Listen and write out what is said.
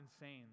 insane